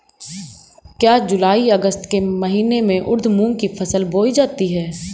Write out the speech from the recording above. क्या जूलाई अगस्त के महीने में उर्द मूंग की फसल बोई जाती है?